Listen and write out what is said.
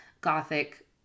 Gothic